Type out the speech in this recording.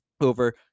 over